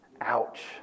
Ouch